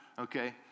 Okay